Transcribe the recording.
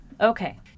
Okay